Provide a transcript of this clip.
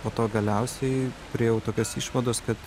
po to galiausiai priėjau tokios išvados kad